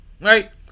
Right